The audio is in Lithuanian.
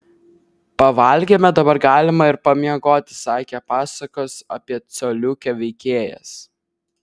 pavalgėme dabar galima ir pamiegoti sakė pasakos apie coliukę veikėjas